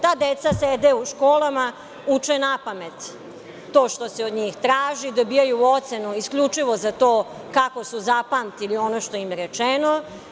Ta deca sede u školama, uče napamet to što se od njih traži, dobijaju ocenu isključivo za to kako su zapamtili to što im je rečeno.